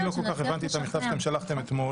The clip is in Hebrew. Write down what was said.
גם אני לא כל כך הבנתי את המכתב ששלחתם אתמול.